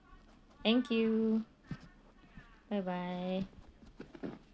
thank you bye bye